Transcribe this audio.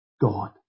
God